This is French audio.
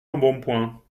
embonpoint